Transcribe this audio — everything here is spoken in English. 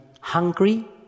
hungry